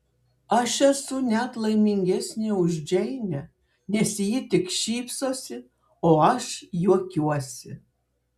aš esu net laimingesnė už džeinę nes ji tik šypsosi o aš juokiuosi